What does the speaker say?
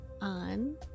On